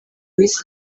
miss